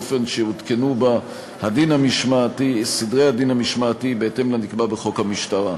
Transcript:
באופן שעודכנו בה הסדרי הדין המשמעתי בהתאם לחוק המשטרה.